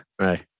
right